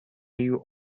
you